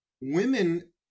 Women